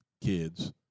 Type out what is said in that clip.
Kids